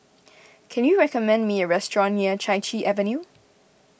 can you recommend me a restaurant near Chai Chee Avenue